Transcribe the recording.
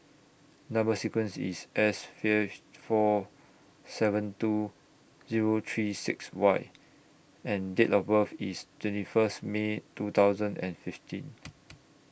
Number sequence IS S five four seven two Zero three six Y and Date of birth IS twenty First May two thousand and fifteen